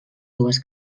dues